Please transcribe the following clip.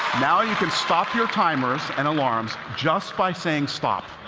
now you can stop your timers and alarms just by saying stop.